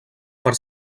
per